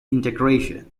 integration